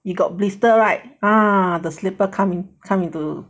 you got blister right ah the slipper come in come into